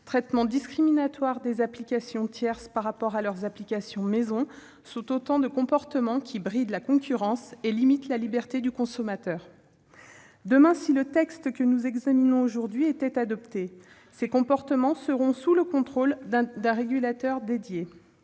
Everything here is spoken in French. traitement discriminatoire des applications tierces par rapport aux applications « maison », sont autant de manières de brider la concurrence et de limiter la liberté du consommateur. Si le texte que nous examinons aujourd'hui était adopté, demain, ces comportements seraient sous le contrôle d'un régulateur dédié.